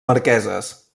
marqueses